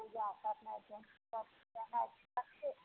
पूजा करनाइ छै